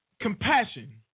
Compassion